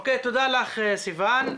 אוקיי, תודה רבה, סיוון.